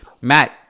Matt